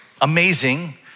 amazing